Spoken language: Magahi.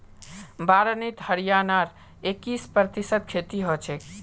बारानीत हरियाणार इक्कीस प्रतिशत खेती हछेक